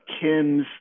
Kim's